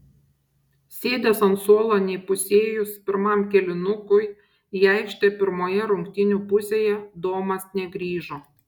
sėdęs ant suolo neįpusėjus pirmam kėlinukui į aikštę pirmoje rungtynių pusėje domas negrįžo